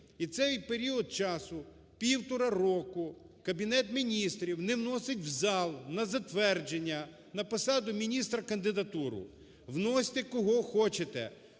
в цей період часу – півтора року – Кабінет Міністрів не вносить в зал на затвердження на посаду міністра кандидатуру. Вносьте, кого хочете.